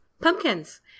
Pumpkins